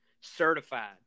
certified